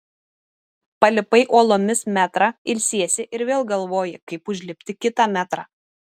palipai uolomis metrą ilsiesi ir vėl galvoji kaip užlipti kitą metrą